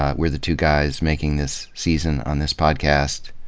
ah we're the two guys making this season on this podcast.